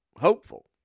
hopeful